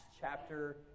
chapter